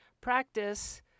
practice